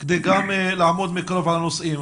כדי גם לעמוד מקרוב על הנושאים.